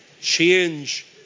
change